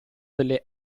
delle